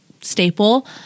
staple